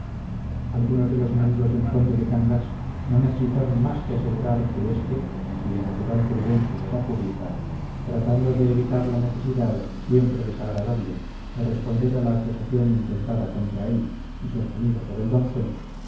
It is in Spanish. algunos de los enemigos del conde de cangas no necesitaron más que asegurar que éste cuya natural prudencia era pública tratando de evitar la necesidad siempre desagradable de responder a la acusación intentada contra él y sostenida por el doncel